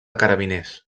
carabiners